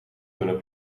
kunnen